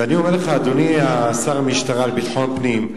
ואני אומר לך, אדוני שר המשטרה, לביטחון פנים,